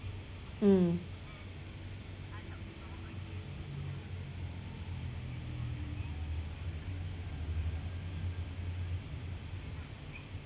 mm